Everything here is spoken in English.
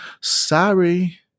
Sorry